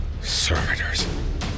Servitors